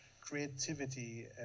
creativity